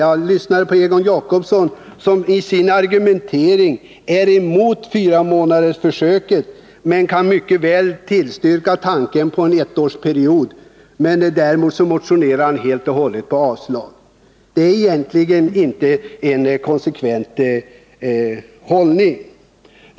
Jag lyssnade till Egon Jacobsson, som i sin argumentering är emot fyramånadersförsöket, men mycket väl kan tillstyrka ett förslag om en ettårsperiod. Däremot motionerar han om avslag. Det är egentligen inte en konsekvent hållning.